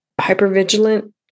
hypervigilant